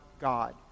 God